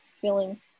feeling